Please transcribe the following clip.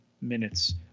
minutes